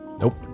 Nope